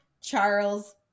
Charles